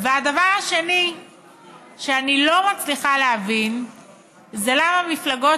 הדבר השני שאני לא מצליחה להבין זה למה מפלגות